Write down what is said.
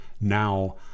Now